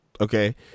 Okay